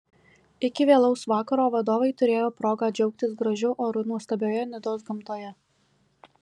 iki vėlaus vakaro vadovai turėjo progą džiaugtis gražiu oru nuostabioje nidos gamtoje